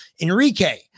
Enrique